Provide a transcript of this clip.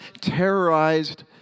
terrorized